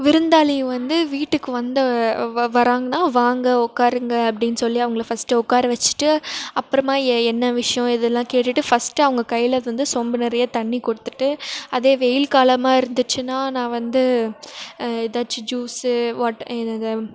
விருந்தாளி வந்து வீட்டுக்கு வந்த வ வராங்கனா வாங்க உக்காருங்க அப்படின் சொல்லி அவங்கள ஃபஸ்ட்டு உக்கார வச்சிட்டு அப்புறமா எ என்ன விஷியம் இதெல்லாம் கேட்டுட்டு ஃபஸ்ட்டு அவங்க கையில் எடுத்து வந்து சொம்பு நிறைய தண்ணி கொடுத்துட்டு அதே வெயில் காலமாக இருந்துச்சின்னால் நான் வந்து எதாச்சும் ஜூஸு வாட் எதாவது